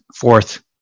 fourth